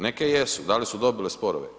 Neke jesu, da li su dobile sporove?